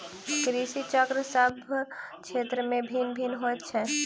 कृषि चक्र सभ क्षेत्र मे भिन्न भिन्न होइत छै